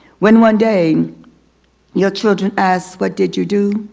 when one day your children asks what did you do?